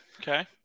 Okay